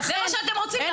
זה מה שאתם רוצים,